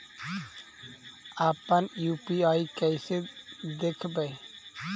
अपन यु.पी.आई कैसे देखबै?